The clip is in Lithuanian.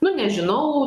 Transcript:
nu nežinau